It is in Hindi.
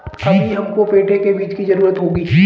अभी हमको पेठे के बीज की जरूरत होगी